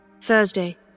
Thursday